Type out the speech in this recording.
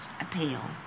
appeal